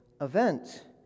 event